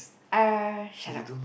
ah shut up